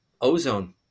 ozone